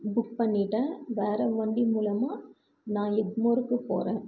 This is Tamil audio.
புக் பண்ணிவிட்டன் வேறு வண்டி மூலமாக நான் எக்மோருக்கு போகறன்